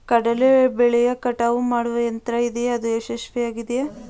ಕಡಲೆ ಬೆಳೆಯ ಕಟಾವು ಮಾಡುವ ಯಂತ್ರ ಇದೆಯೇ? ಅದು ಯಶಸ್ವಿಯಾಗಿದೆಯೇ?